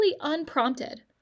unprompted